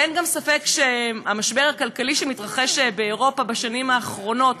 אין גם ספק שהמשבר הכלכלי שמתרחש באירופה בשנים האחרונות,